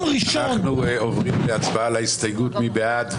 נצביע על הסתייגות 209 מי בעד?